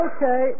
Okay